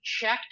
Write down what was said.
checked